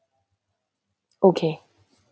okay